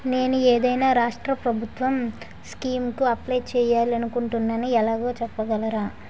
నేను ఏదైనా రాష్ట్రం ప్రభుత్వం స్కీం కు అప్లై చేయాలి అనుకుంటున్నా ఎలాగో చెప్పగలరా?